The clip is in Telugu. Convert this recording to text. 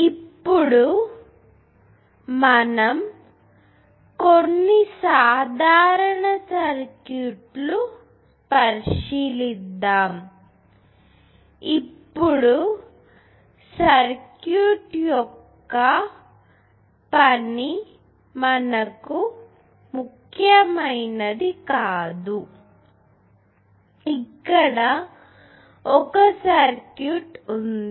ఇప్పుడు మనం కొన్ని సాధారణ సర్క్యూట్లు పరిశీలిద్దాం ఇప్పుడు సర్క్యూట్ యొక్క పని మనకు ముఖ్యమైనది కాదు ఇక్కడ ఒక సర్క్యూట్ ఉంది